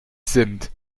sind